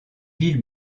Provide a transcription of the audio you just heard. ville